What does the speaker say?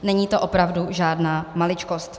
Není to opravdu žádná maličkost.